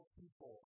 people